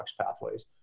pathways